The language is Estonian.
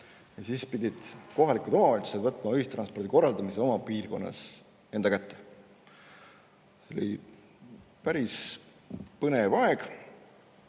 ja siis pidid kohalikud omavalitsused võtma ühistranspordi korraldamise oma piirkonnas enda kätte. See oli päris põnev aeg.